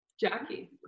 Jackie